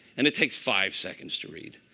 and it takes five seconds to read.